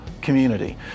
community